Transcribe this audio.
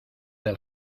del